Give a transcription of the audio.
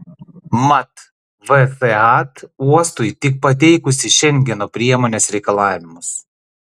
mat vsat uostui tik pateikusi šengeno priemonės reikalavimus